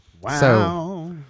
Wow